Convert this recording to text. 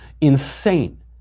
Insane